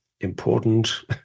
important